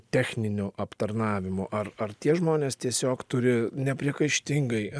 techniniu aptarnavimu ar ar tie žmonės tiesiog turi nepriekaištingai